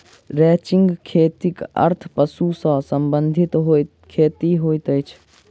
ranching खेतीक अर्थ पशु सॅ संबंधित खेती होइत अछि